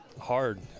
hard